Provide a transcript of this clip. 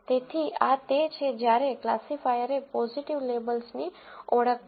તેથી આ તે છે જ્યારે ક્લાસિફાયરએ પોઝીટિવ લેબલ્સની ઓળખ કરી